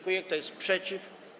Kto jest przeciw?